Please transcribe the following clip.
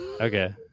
Okay